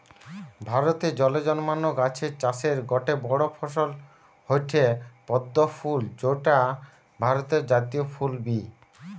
ভারতে জলে জন্মানা গাছের চাষের গটে বড় ফসল হয়ঠে পদ্ম ফুল যৌটা ভারতের জাতীয় ফুল বি